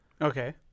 Okay